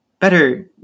better